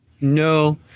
No